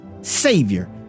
Savior